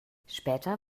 später